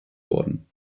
worden